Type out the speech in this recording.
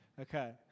okay